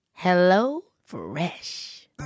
HelloFresh